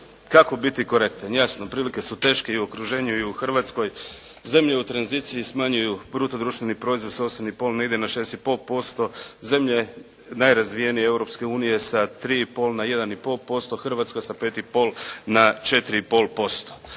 kako biti korektan. Jasno, prilike su teške i u okruženju i u Hrvatskoj, zemlje u tranziciji smanjuju bruto društveni proizvod sa 8,5 negdje na 6,5%, zemlje najrazvijenije Europske unije sa 3,5 na 1,5%, Hrvatska sa 5,5 na 4,5%.